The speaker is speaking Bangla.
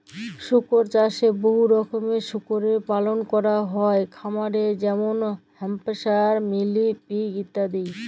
শুকর চাষে বহুত রকমের শুকরের পালল ক্যরা হ্যয় খামারে যেমল হ্যাম্পশায়ার, মিলি পিগ ইত্যাদি